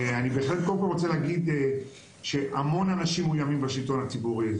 אני קודם כל רוצה להגיד שהמון אנשים מאויימים בשלטון הציבורי,